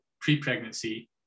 pre-pregnancy